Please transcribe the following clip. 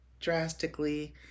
drastically